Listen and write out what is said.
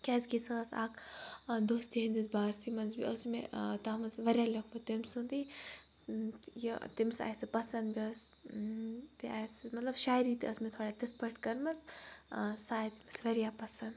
کیٛازِکہِ سۄ ٲس اَکھ دوستی ہِنٛدِس بارسٕے منٛز بیٚیہِ اوس مےٚ تَتھ منٛز واریاہ لیٚوکھمُت تٔمۍ سُنٛدٕے یہِ تٔمِس آیہِ سُہ پَسنٛد بیٚیہِ ٲس بیٚیہِ آیَس مطلب شاعری تہِ ٲس مےٚ تھوڑا تِتھ پٲٹھۍ کٔرمٕژ سُہ آے تٔمِس واریاہ پَسنٛد